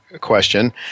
question